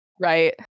Right